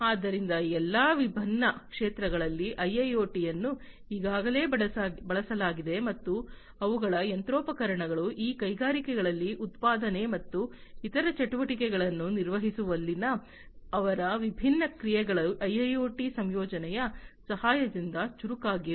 ಆದ್ದರಿಂದ ಈ ಎಲ್ಲಾ ವಿಭಿನ್ನ ಕ್ಷೇತ್ರಗಳಲ್ಲಿ ಐಐಒಟಿಯನ್ನು ಈಗಾಗಲೇ ಬಳಸಲಾಗಿದೆ ಮತ್ತು ಅವುಗಳ ಯಂತ್ರೋಪಕರಣಗಳು ಈ ಕೈಗಾರಿಕೆಗಳಲ್ಲಿ ಉತ್ಪಾದನೆ ಮತ್ತು ಇತರ ಚಟುವಟಿಕೆಗಳನ್ನು ನಿರ್ವಹಿಸುವಲ್ಲಿನ ಅವರ ವಿಭಿನ್ನ ಪ್ರಕ್ರಿಯೆಗಳು ಐಐಒಟಿ ಸಂಯೋಜನೆಯ ಸಹಾಯದಿಂದ ಚುರುಕಾಗಿವೆ